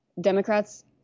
Democrats